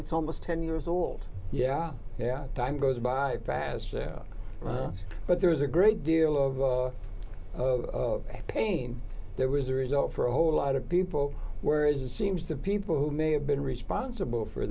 it's almost ten years old yeah yeah time goes by fast but there is a great deal of pain there was a result for a whole lot of people were as it seems to people who may have been responsible for